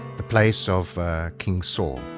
the place of king saul.